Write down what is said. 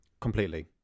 completely